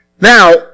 Now